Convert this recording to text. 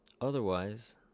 Otherwise